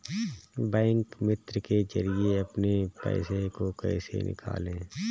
Bank मित्र के जरिए अपने पैसे को कैसे निकालें?